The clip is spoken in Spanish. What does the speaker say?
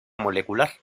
molecular